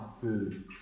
food